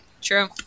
True